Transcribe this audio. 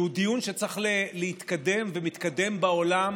שהוא דיון שצריך להתקדם, והוא מתקדם בעולם